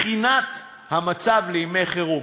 בבחינת המצב לימי חירום.